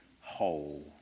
whole